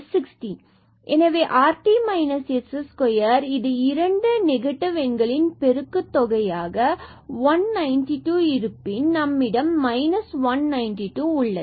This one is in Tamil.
எனவே rt s2 இது இந்த இரண்டு நெகட்டிவ் எண்களின் பெருக்குத் தொகையாக 192 இருப்பின் நம்மிடம் 192 உள்ளது